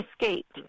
escaped